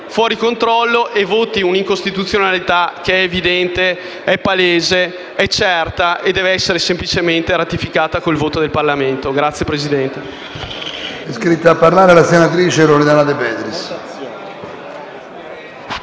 fuori controllo e voti una incostituzionalità che è evidente, palese, certa e deve essere semplicemente ratificata con il voto del Parlamento. *(Applausi dei